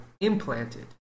implanted